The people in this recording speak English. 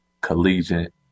collegiate